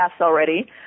already